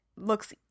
looks